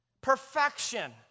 Perfection